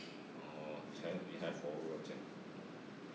oh 你才你还 follow 到这样